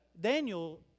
Daniel